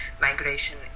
migration